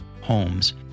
homes